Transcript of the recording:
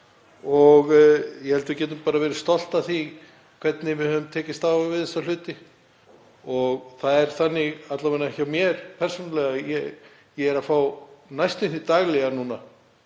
Ég held að við getum bara verið stolt af því hvernig við höfum tekist á við þessa hluti og það er þannig hjá mér persónulega að ég fæ næstum því daglega núna